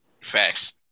Facts